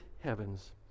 heavens